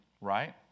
Right